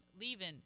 leaving